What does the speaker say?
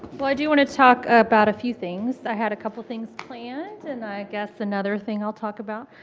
well, i do want to talk about a few things. i had a couple things planned and i guess another thing i'll talk about.